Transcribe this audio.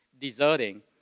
deserting